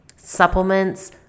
supplements